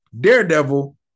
daredevil